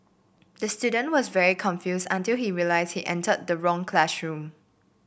the student was very confused until he realised he entered the wrong classroom